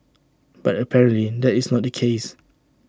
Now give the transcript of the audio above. but apparently that is not the case